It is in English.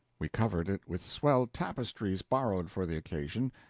we covered it with swell tapestries borrowed for the occasion,